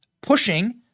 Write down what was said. pushing